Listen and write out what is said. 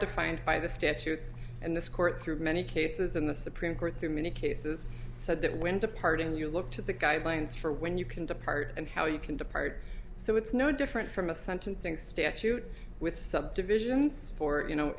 defined by the statutes and this court through many cases in the supreme court through many cases said that when departing you look to the guidelines for when you can depart and how you can depart so it's no different from a sentencing statute with subdivisions for you know